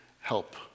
help